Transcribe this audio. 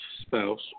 spouse